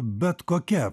bet kokia